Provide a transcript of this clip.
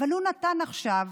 אבל הוא נתן עכשיו